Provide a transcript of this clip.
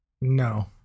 No